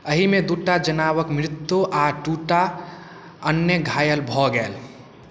एहिमे दूटा जनावक मृत्यु आ दूटा अन्य घायल भऽ गेल